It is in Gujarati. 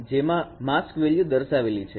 જેમા માસ્ક વેલ્યુ દર્શાવેલી છે